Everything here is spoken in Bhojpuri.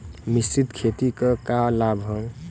मिश्रित खेती क का लाभ ह?